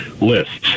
lists